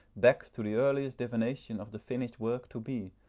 back to the earliest divination of the finished work to be,